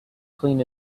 clean